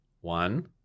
One